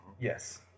Yes